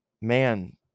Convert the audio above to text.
Man